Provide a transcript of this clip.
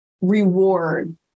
reward